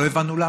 לא הבנו למה.